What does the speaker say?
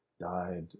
died